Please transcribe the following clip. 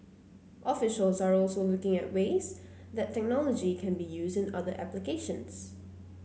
officials are also looking at ways that technology can be used in other applications